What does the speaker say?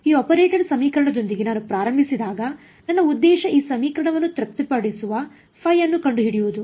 ಈ ಆಪರೇಟರ್ ಸಮೀಕರಣದೊಂದಿಗೆ ನಾನು ಪ್ರಾರಂಭಿಸಿದಾಗ ನನ್ನ ಉದ್ದೇಶ ಈ ಸಮೀಕರಣವನ್ನು ತೃಪ್ತಿಪಡಿಸುವ ϕ ಅನ್ನು ಕಂಡುಹಿಡಿಯುವುದು